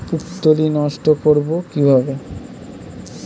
পুত্তলি নষ্ট করব কিভাবে?